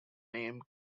name